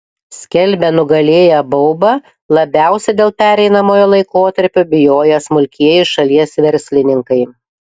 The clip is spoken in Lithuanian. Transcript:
skelbia nugalėję baubą labiausiai dėl pereinamojo laikotarpio bijoję smulkieji šalies verslininkai